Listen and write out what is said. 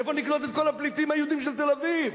איפה נקלוט את כל הפליטים היהודים של תל-אביב?